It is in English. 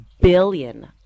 billion